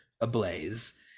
ablaze